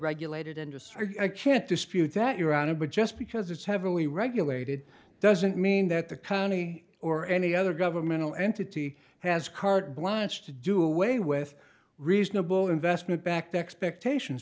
regulated industry i can't dispute that you're on it but just because it's heavily regulated doesn't mean that the county or any other governmental entity has carte blanche to do away with reasonable investment back the expectations